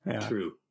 True